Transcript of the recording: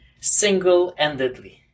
single-endedly